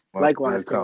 Likewise